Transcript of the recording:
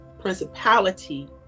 principality